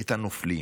את הנופלים.